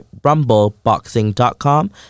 rumbleboxing.com